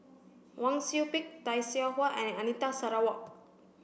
Wang Sui Pick Tay Seow Huah and Anita Sarawak